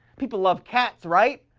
people love cats, right?